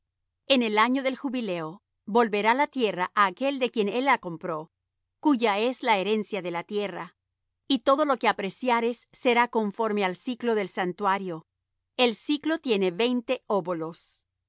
en el año del jubileo volverá la tierra á aquél de quien él la compró cuya es la herencia de la tierra y todo lo que apreciares será conforme al siclo del santuario el siclo tiene veinte óbolos